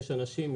יש אנשים,